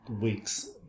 weeks